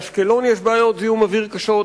באשקלון יש בעיות זיהום אוויר קשות,